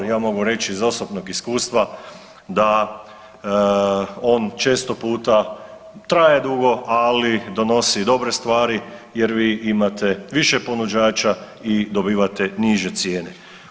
Ja mogu reći iz osobnog iskustva da on često puta traje dugo, ali donosi dobre stvari jer vi imate više ponuđača i dobivate niže cijene.